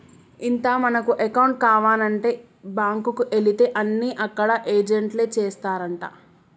ఇంత మనకు అకౌంట్ కావానంటే బాంకుకు ఎలితే అన్ని అక్కడ ఏజెంట్లే చేస్తారంటా